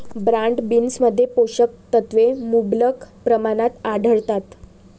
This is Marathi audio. ब्रॉड बीन्समध्ये पोषक तत्वे मुबलक प्रमाणात आढळतात